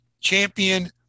champion